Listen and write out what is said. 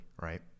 right